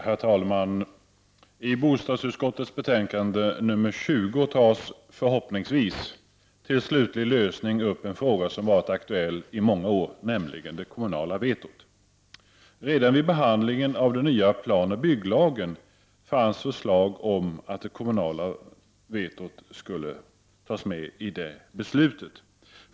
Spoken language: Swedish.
Herr talman! I bostadsutskottets betänkande nr 20 tas — förhoppningsvis — till slutlig lösning upp en fråga som har varit aktuell i många år, nämligen det kommunala vetot. Redan vid behandlingen av den nya planoch bygglagen ingick förslag om det kommunala vetot.